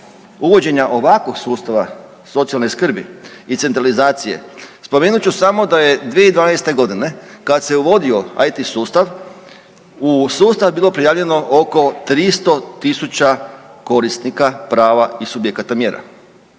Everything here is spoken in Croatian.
uvođenja ovakvog sustava socijalne skrbi i centralizacije, spomenut ću samo da je 2012.g. kad se uvodio IT sustav u sustav bilo prijavljeno oko 300.000 korisnika prava i subjekata mjera.